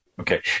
Okay